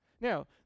Now